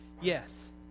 Yes